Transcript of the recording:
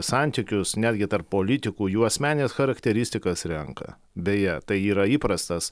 santykius netgi tarp politikų jų asmenines charakteristikas renka beje tai yra įprastas